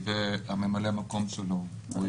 וממלא המקום שלו.